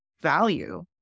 value